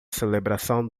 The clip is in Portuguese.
celebração